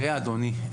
תיראה אדוני,